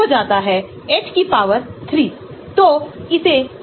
आपके पास molar refractivity नामक एक टर्म भी है